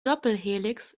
doppelhelix